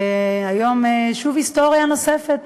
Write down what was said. היום שוב היסטוריה נוספת